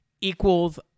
equals